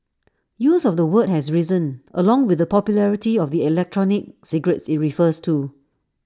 use of the word has risen along with the popularity of the electronic cigarettes IT refers to